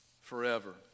forever